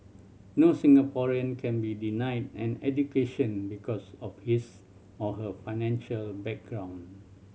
no Singaporean can be denied an education because of his or her financial background